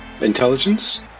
Intelligence